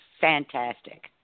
fantastic